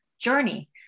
journey